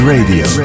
Radio